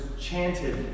chanted